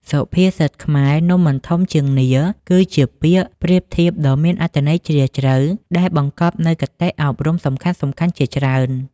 សុភាសិតខ្មែរ នំមិនធំជាងនាឡិ គឺជាពាក្យប្រៀបធៀបដ៏មានអត្ថន័យជ្រាលជ្រៅ ដែលបង្កប់នូវគតិអប់រំសំខាន់ៗជាច្រើន ។